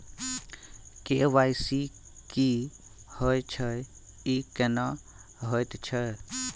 KYC की होय छै, ई केना होयत छै?